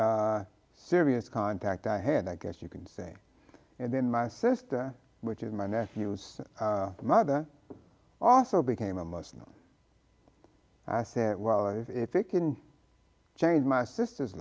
serious contact i had i guess you can say and then my sister which is my nephew's mother also became a muslim i said well if it can change my sister's